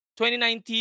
2019